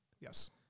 Yes